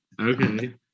Okay